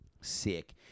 Sick